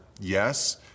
Yes